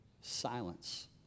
silence